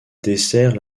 dessert